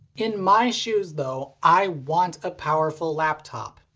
in my shoes, though, i want a powerful laptop.